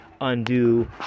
undo